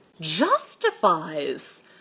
justifies